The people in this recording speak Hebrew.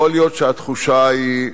יכול להיות שהתחושה היא,